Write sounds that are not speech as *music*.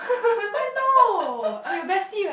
*laughs*